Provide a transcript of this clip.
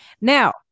Now